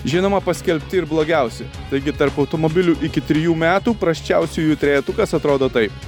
žinoma paskelbti ir blogiausi taigi tarp automobilių iki trijų metų prasčiausiųjų trejetukas atrodo taip